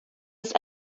ist